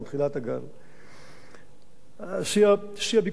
שיא הביקוש היה 11,000 מגוואט,